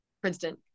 princeton